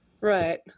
Right